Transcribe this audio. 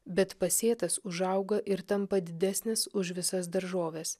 bet pasėtas užauga ir tampa didesnis už visas daržoves